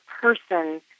person